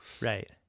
Right